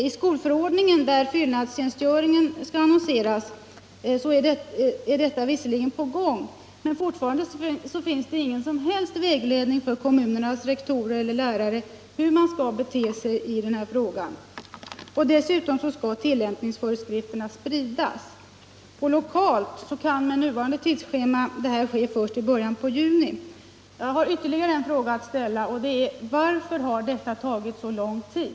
I skolförordningen, där fyllnadstjänstgöring skall annonseras, är detta visserligen på gång, men fortfarande finns ingen som helst vägledning för kommunernas rektorer och lärare hur de skall bete sig i frågan. Dessutom skall tillämpningsföreskrifterna spridas. Lokalt kan med nuvarande tidsschema detta ske först i början på juni. Jag har ytterligare en fråga att ställa: Varför har detta tagit så lång tid?